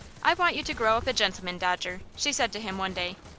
i want you to grow up a gentleman, dodger, she said to him one day.